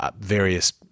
various